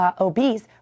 obese